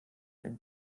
ein